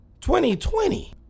2020